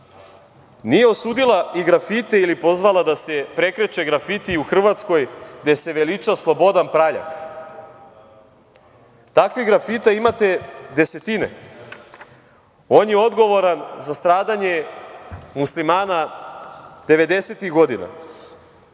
nije osudila i grafite ili pozvala da se prekreče grafiti u Hrvatskoj gde se veliča Slobodan Praljak. Takvih grafita imate desetine. On je odgovoran za stradanje Muslimana devedesetih